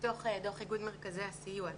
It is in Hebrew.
מתוך דוח איגוד מרכזי הסיוע.